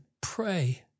pray